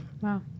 Wow